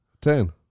Ten